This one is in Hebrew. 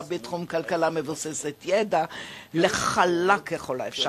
בתחום הכלכלה המבוססת-ידע לחלק ככל האפשר.